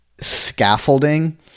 scaffolding